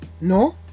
No